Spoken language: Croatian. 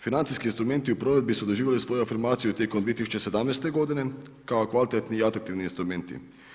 Financijski instrumenti u provedbi su doživjeli svoju afirmaciju tijekom 2017. godine kao kvalitetni i atraktivni instrumenti.